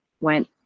went